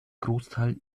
großteil